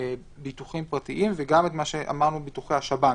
ביטוחים פרטיים וגם את מה שאמרנו, ביטוחי השב"ן,